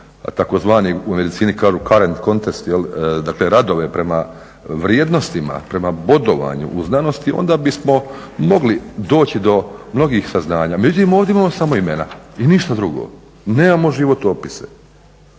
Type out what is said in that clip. tzv. u medicini kažu … dakle radove prema vrijednostima, prema bodovanju u znanosti onda bismo mogli doći do mnogih saznanja. Međutim ovdje imamo samo imena i ništa drugo, nemamo životopise.